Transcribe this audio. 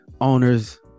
owners